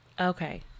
Okay